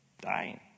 Dying